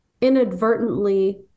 inadvertently